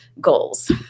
goals